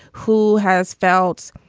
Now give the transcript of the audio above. who has felt